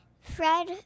Fred